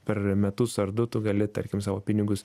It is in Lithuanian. per metus ar du tu gali tarkim savo pinigus